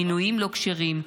מינויים לא כשרים,